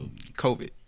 COVID